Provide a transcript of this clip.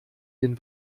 den